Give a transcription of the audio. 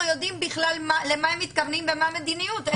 יודעים בכלל למה הם מתכוונים ומה המדיניות.